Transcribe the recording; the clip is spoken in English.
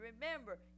remember